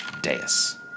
dais